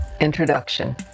introduction